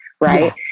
Right